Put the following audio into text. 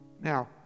Now